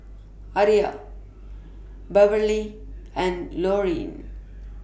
Aria Beverley and Lurline